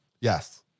Yes